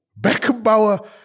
Beckenbauer